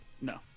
No